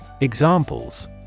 Examples